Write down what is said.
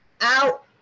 out